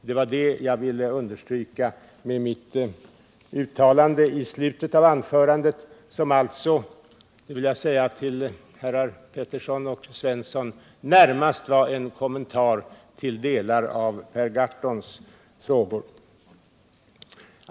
Det var det jag ville understryka med mitt uttalande i slutet av anförandet, som alltså — det vill jag säga till herrar Pettersson och Svensson — närmast var en kommentar till delar av Per Gahrtons frågor.